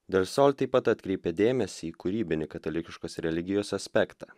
del sol taip pat atkreipė dėmesį į kūrybinį katalikiškos religijos aspektą